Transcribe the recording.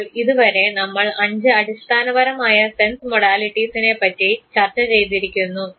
അപ്പോൾ ഇതുവരെ നമ്മൾ അഞ്ച് അടിസ്ഥാനപരമായ സെൻസ് മോഡാലിറ്റീസിനെപറ്റി ചർച്ച ചെയ്തിരിക്കുന്നു